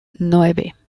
nueve